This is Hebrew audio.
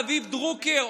רביב דרוקר,